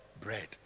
bread